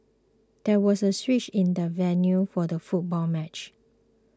there was a switch in the venue for the football match